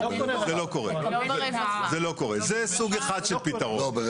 זה סוג אחד של פתרון.